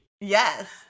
Yes